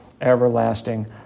everlasting